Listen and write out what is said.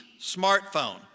smartphone